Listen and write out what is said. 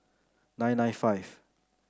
nine nine five